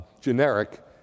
generic